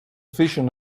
vision